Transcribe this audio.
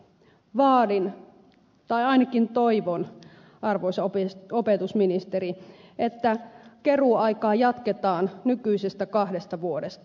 vaadin tai ainakin toivon arvoisa opetusministeri että keruuaikaa jatketaan nykyisestä kahdesta vuodesta